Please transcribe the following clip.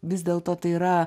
vis dėl to tai yra